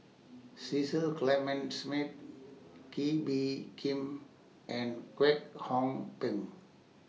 Cecil Clementi Smith Kee Bee Khim and Kwek Hong Png